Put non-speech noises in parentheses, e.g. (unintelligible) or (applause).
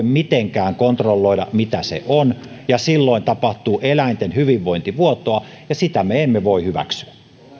(unintelligible) mitenkään kontrolloida mitä se on silloin tapahtuu eläinten hyvinvointivuotoa ja sitä me emme voi hyväksyä